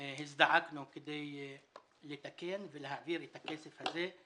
הזדעקנו כדי לתקן ולהעביר את הכסף הזה,